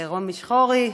רומי שחורי,